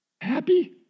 Happy